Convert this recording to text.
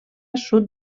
sud